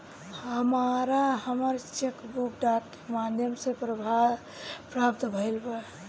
हमरा हमर cheque book डाक के माध्यम से प्राप्त भईल बा